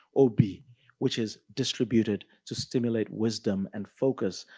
obi which is distributed to stimulate wisdom and focus.